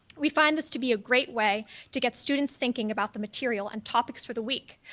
we find this to be a great way to get students thinking about the material and topics for the week.